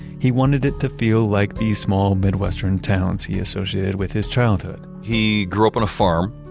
he wanted it to feel like these small midwestern towns he associated with his childhood he grew up on a farm.